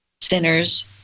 sinners